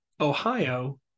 Ohio